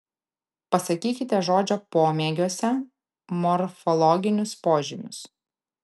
pasakykite žodžio pomėgiuose morfologinius požymius